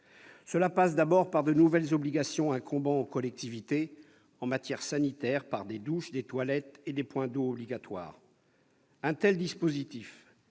Cela passe d'abord par de nouvelles obligations incombant aux collectivités en matière sanitaire, par des douches, des toilettes et des points d'eau obligatoires. Un tel dispositif,